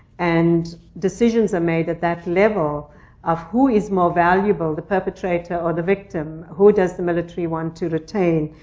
and decisions are made at that level of who is more valuable? the perpetrator or the victim? who does the military want to retain?